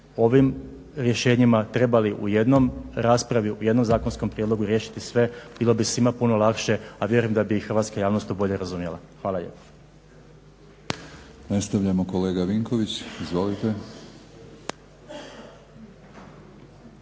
ovim rješenjima trebali u jednoj raspravi, u jednom zakonskom prijedlogu riješiti sve. Bilo bi svima puno lakše, a vjerujem da i bi i hrvatska javnost to bolje razumjela. Hvala